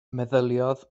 meddyliodd